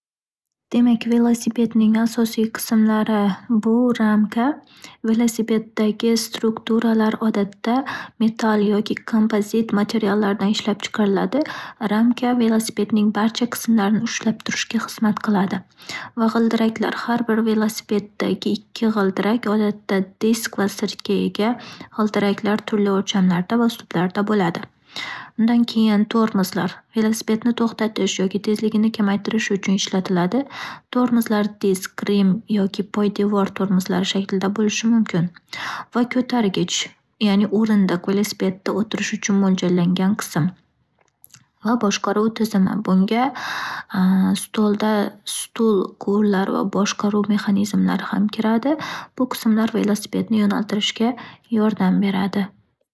Demak, velosipedning asosiy qismlari bu - ramka. Velosipeddagi strukturalar odatda metal yoki kompazit materiallardan ishlab chiqariladi. Ramka velosipedning barcha qismlarini ushlab turishga xizmat qiladi. Va g'ildiraklar - har bir velosipeddagi ikki g'ildirak odatda disk va sirtga ega. G'ildiraklar turli o'lchamlarda va uslublarda bo'ladi. Bundan keyin, tormozlar - velosipedni to'xtatish yoki tezligini kamaytirish uchun ishlatiladi. Tormozlar - disk, rim yoki poydevor tormozlar shaklida bo'lishi mumkin va ko'targich, ya'ni o'rindiq - velosipedda o'tirish uchun mo'ljallangan qism va boshqaruv tizimi. Bunga stolda - stul quvurlari va boshqaruv mexanizmlari ham kiradi. Bu qismlar velosipedni yo'naltirishga yordam beradi.